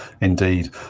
indeed